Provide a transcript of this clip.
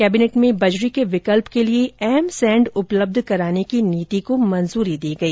cabinet में बजरी के विकल्प के लिए एम सेण्ड उपलब्ध कराने की नीति को मंजूरी दी गई